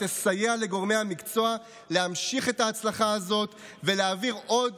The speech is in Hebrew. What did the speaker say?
שתסייע לגורמי המקצוע להמשיך את ההצלחה הזאת ולהעביר עוד